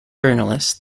journalist